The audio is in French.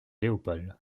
léopold